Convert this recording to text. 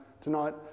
tonight